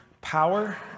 power